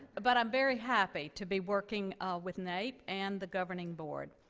but i'm very happy to be working with naep and the governing board.